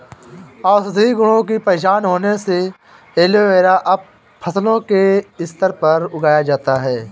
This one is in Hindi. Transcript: औषधीय गुण की पहचान होने से एलोवेरा अब फसलों के स्तर पर उगाया जाता है